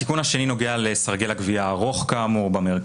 התיקון השני נוגע לסרגל הגבייה הארוך במרכז,